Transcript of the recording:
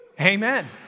Amen